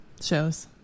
shows